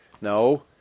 No